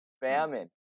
famine